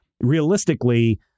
realistically